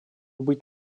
быть